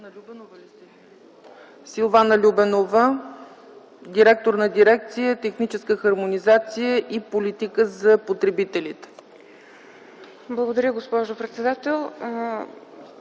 Силвана Любенова – директор на дирекция „Техническа хармонизация и политика за потребителите”. СИЛВАНА ЛЮБЕНОВА: Благодаря, госпожо председател.